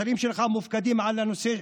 השרים שלך, המופקדים על הנושא,